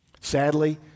Sadly